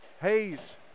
Hayes